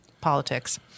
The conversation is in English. politics